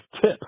tip